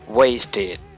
wasted